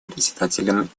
председателем